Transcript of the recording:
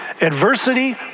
adversity